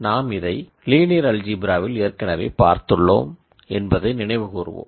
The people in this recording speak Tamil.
நாம் இதை லீனியர் அல்ஜீப்ராவில் ஏற்கனவே பார்த்துள்ளோம் என்பதை நினைவுகூர்வோம்